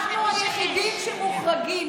אנחנו היחידים שמוחרגים.